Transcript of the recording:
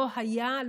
היא לא הייתה,